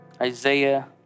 Isaiah